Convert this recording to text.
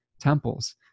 temples